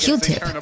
Q-Tip